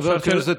חבר הכנסת,